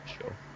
sure